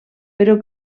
però